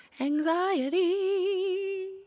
Anxiety